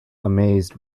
amazed